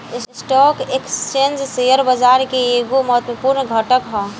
stock exchange share बाजार के एगो महत्वपूर्ण घटक ह